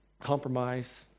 compromise